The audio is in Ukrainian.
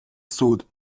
суд